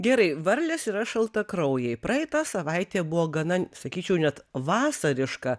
gerai varlės yra šaltakraujai praeitą savaitę buvo gana sakyčiau net vasariška